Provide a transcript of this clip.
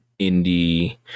indie